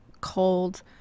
cold